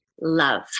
love